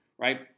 right